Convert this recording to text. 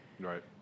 Right